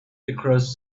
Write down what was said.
across